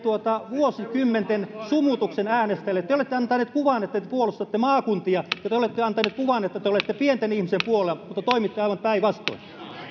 vuosikymmenten sumutuksen äänestäjille te olette antaneet kuvan että te puolustatte maakuntia ja te olette antaneet kuvan että te olette pienten ihmisten puolella mutta toimitte aivan päinvastoin